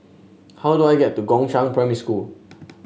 how do I get to Gongshang Primary School